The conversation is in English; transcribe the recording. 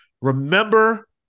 Remember